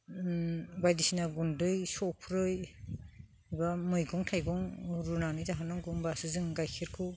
बायदिसिना गुन्दै सफ्रै एबा मैगं थाइगं रुनानै जाहोनांगौ होनबासो जों गाइखेरखौ